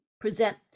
present